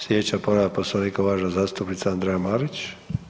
Sljedeća povreda Poslovnika uvažena zastupnica Andreja Marić.